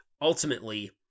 Ultimately